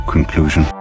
conclusion